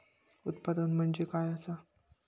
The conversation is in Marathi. उत्पादन म्हणजे काय असा?